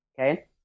okay